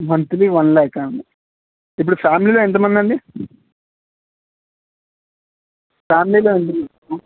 monthly one lakh అండి ఇప్పుడు ఫ్యామిలీలో ఎంతమందండి ఫ్యామిలీలో ఎంతమందండి